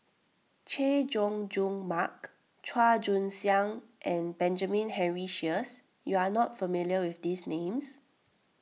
Chay Jung Jun Mark Chua Joon Siang and Benjamin Henry Sheares you are not familiar with these names